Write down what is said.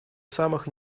самых